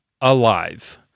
alive